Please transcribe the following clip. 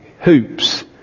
hoops